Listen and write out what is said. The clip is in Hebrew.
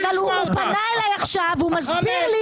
אבל הוא פנה אליי עכשיו והוא מסביר לי